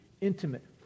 intimate